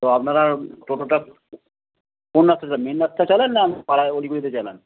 তো আপনারা টোটোটা কোন রাস্তায় চালান মেন রাস্তায় চালান না পাড়ার অলিগলিতে চালান